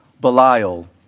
Belial